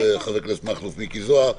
מכלוף מיקי זוהר,